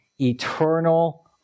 eternal